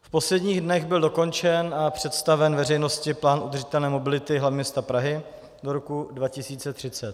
V posledních dnech byl dokončen a představen veřejnosti plán udržitelné mobility hlavního města Prahy do roku 2030.